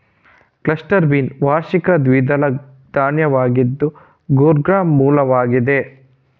cluster bean ವಾರ್ಷಿಕ ದ್ವಿದಳ ಧಾನ್ಯವಾಗಿದ್ದು ಗೌರ್ ಗಮ್ನ ಮೂಲವಾಗಿದೆ